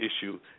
issue